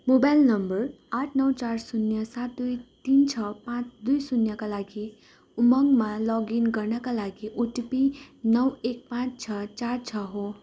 mobile नम्बर आठ नौ चार शून्य सात दुई तिन छ पाँच दुई शून्यका लागि उमङ्गमा लगइन गर्नाका लागि ओटिपी नौ एक पाँच छ चार छ हो